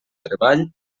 treball